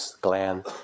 gland